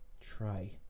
try